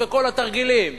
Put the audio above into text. בכל התרגילים,